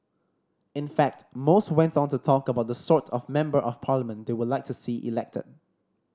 in fact most went on to talk about the sort of Member of Parliament they would like to see elected